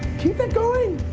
keep it going!